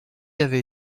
avait